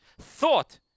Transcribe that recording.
Thought